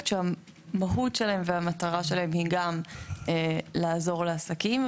שהמהות שלהם והמטרה שלהם היא גם לעזור לעסקים.